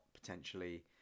potentially